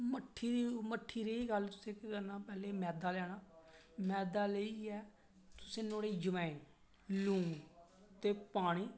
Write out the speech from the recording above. मट्ठी दी मट्ठी रेही गल्ल उसी केह् करना पैह्लें मैदा लेना मैदा लेइयै तुसें नुआढ़े च अजवाइन लून ते पानी